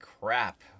crap